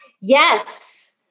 yes